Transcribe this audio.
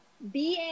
BA